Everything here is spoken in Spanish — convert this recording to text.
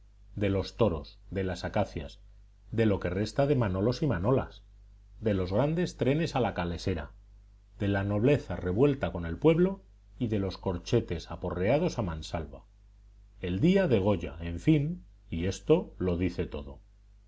de los toros de las acacias de lo que resta de manolos y manolas de los grandes trenes a la calesera de la nobleza revuelta con el pueblo y de los corchetes aporreados a mansalva el día de goya en fin y esto lo dice todo